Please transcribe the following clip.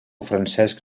francesc